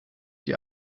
die